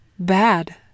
Bad